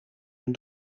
hun